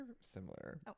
similar